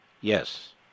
Yes